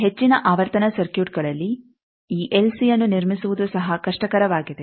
ಈ ಹೆಚ್ಚಿನ ಆವರ್ತನ ಸರ್ಕ್ಯೂಟ್ಗಳಲ್ಲಿ ಈ ಎಲ್ಸಿಯನ್ನು ನಿರ್ಮಿಸುವುದು ಸಹ ಕಷ್ಟಕರವಾಗಿದೆ